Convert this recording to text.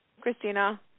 Christina